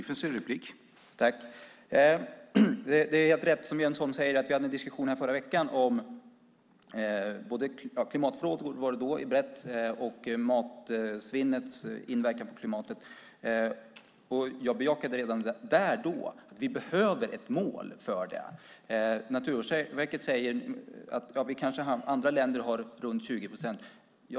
Herr talman! Det är helt rätt som Jens Holm säger att vi hade en diskussion här förra veckan om klimatfrågor och matsvinnets inverkan på klimatet. Jag bejakade redan då att vi behöver ett mål för detta. Naturvårdsverket säger att andra länder har runt 20 procent som mål.